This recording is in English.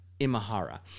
Imahara